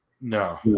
No